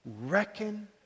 Reckon